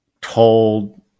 told